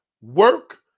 work